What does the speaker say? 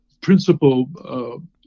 principal